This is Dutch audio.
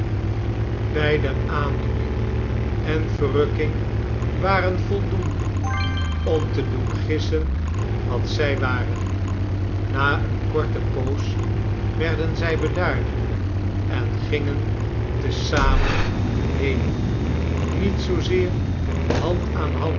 beider aandoening en verrukking waren voldoende om te doen gissen wat zij waren na eene korte poos werden zij bedaarder en gingen te zamen heen niet zoozeer